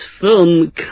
film